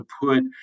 put